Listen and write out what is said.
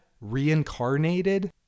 reincarnated